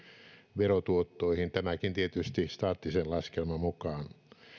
verotuottoihin tämäkin tietysti staattisen laskelman mukaan